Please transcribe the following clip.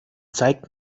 zeigt